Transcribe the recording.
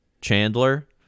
chandler